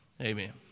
amen